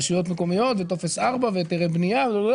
רשויות מקומיות וטופס 4 והיתרי בנייה ועוד ועוד.